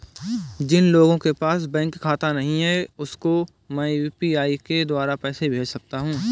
जिन लोगों के पास बैंक खाता नहीं है उसको मैं यू.पी.आई के द्वारा पैसे भेज सकता हूं?